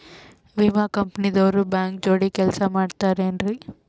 ವಿಮಾ ಕಂಪನಿ ದವ್ರು ಬ್ಯಾಂಕ ಜೋಡಿ ಕೆಲ್ಸ ಮಾಡತಾರೆನ್ರಿ?